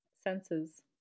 senses